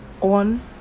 on